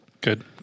Good